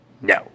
no